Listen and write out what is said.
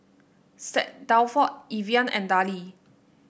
Saint Dalfour Evian and Darlie